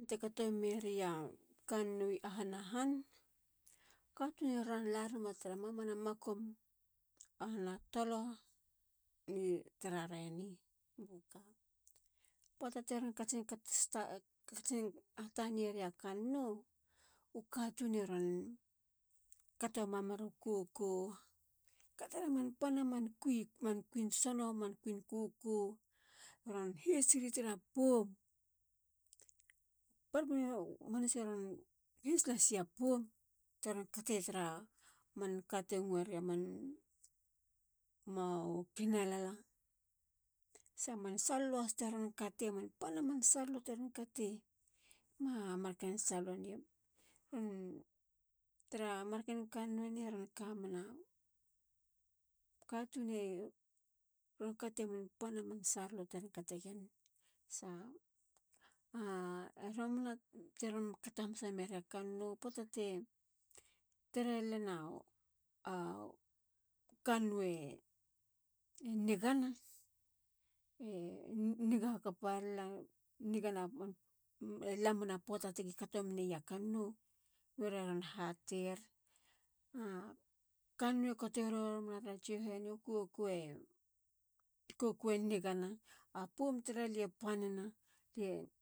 Poata te noneria kannou. i ahanahan. katun e ron la ruma tara mamana makum. i ahana tolo i tar reni buka. poata teron katsin hatanieria kannou. u katun eron kato mamiru koko. katera man panna man kui. man kuin sono. man kuin koko. ron heis ri tara poum. Berebani manasa ron heis lasi a poum. teron kateyer tara manka te ngueria man kinalala. sa man salolo has tiron kate. a man panna man salolo tiron kate. ma marken salolo ne. mm tara marken kannou eni ron kamena katuni ron kateya man panna man salolo tiron kateyen sa teron kato hamanasameri a kannou. a poata te tarelena kannou e nigana. e niga hakapalala. nigana. e lamena poata tigi kato menia kannou. norie ron hater. a. a kannou e katero romana tara tsiho eni. u koko e. u koko e nigana. a apoum taralie panina. lie